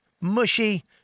mushy